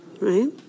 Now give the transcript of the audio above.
right